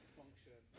function